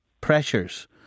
pressures